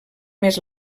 més